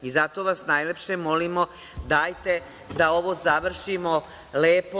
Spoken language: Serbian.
I, zato vas najlepše molimo, dajte da ovo završimo lepo.